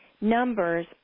Numbers